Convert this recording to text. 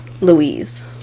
louise